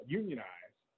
unionize